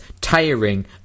tiring